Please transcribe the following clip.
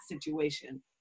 situation